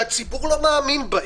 שהציבור לא מאמין בהם,